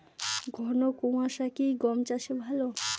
ঘন কোয়াশা কি গম চাষে ভালো?